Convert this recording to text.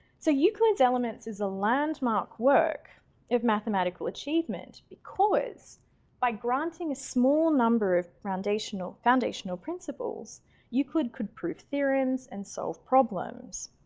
so euclid's elements is a landmark work of mathematical achievement because by granting a small number of foundation foundational principles you could could prove theorems and solve problems.